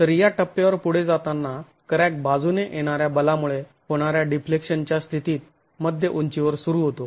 तर या टप्प्यावर पुढे जाताना क्रॅक बाजूने येणाऱ्या बलामुळे होणाऱ्या डिफ्लेक्शन च्या स्थितीत मध्य उंचीवर सुरू होतो